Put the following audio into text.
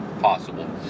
possible